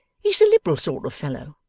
he's a liberal sort of fellow.